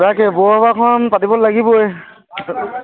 তাকে বৰসবাহখন পাতিব লাগিবই